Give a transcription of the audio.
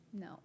No